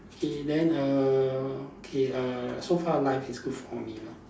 K then err okay uh so far life is good for me lah